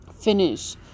finish